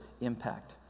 impact